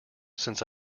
since